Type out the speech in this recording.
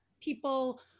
people